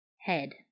head